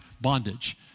bondage